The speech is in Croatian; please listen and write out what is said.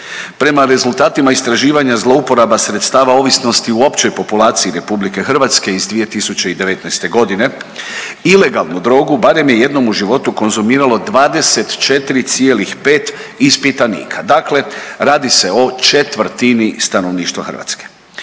Prema rezultatima istraživanja zlouporaba sredstava ovisnosti u općoj populaciji RH iz 2019.g. ilegalnu drogu barem je jednom u životu konzumiralo 24,5 ispitanika, dakle radi se o četvrtini stanovništva Hrvatske.